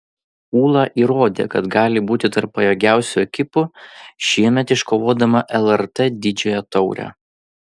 ūla įrodė kad gali būti tarp pajėgiausių ekipų šiemet iškovodama lrt didžiąją taurę